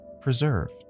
preserved